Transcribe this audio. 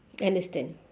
I understand